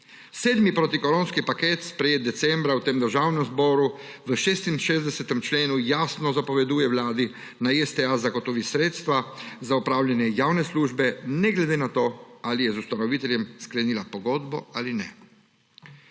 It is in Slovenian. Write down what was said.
Sedmi proti koronski paket, sprejet decembra v tem Državnem zboru, v 66. členu jasno zapoveduje Vladi, naj STA zagotovi sredstva za opravljanje javne službe, ne glede na to, ali je z ustanoviteljem sklenila pogodbo ali ne.